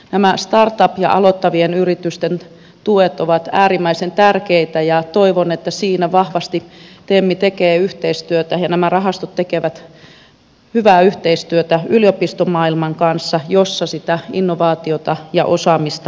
nämä startup ja aloittavien yritysten tuet ovat äärimmäisen tärkeitä ja toivon että siinä vahvasti tem tekee yhteistyötä ja nämä rahastot tekevät hyvää yhteistyötä yliopistomaailman kanssa josta sitä innovaatiota ja osaamista löytyy